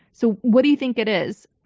so what do you think it is?